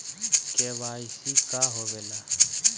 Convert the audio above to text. KYC का होवेला?